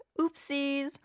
Oopsies